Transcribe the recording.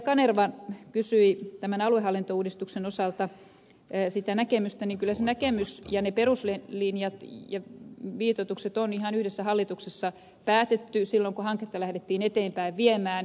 kanerva kysyi aluehallintouudistuksen osalta sitä näkemystä niin kyllä se näkemys ja ne peruslinjat ja viitoitukset on ihan yhdessä hallituksessa päätetty silloin kun hanketta lähdettiin eteenpäin viemään